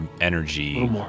energy